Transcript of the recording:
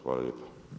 Hvala lijepa.